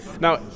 Now